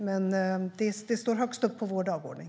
Det står högst upp på vår dagordning.